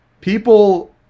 people